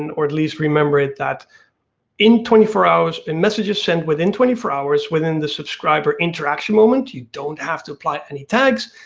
and or at least remember it that in twenty four hours, messages sent within twenty four hours within the subscriber interaction moment, you don't have to apply any tags.